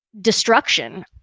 destruction